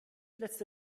letzte